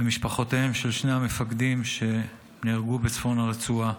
ולמשפחותיהם של שני המפקדים שנהרגו ברצועה,